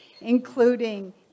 including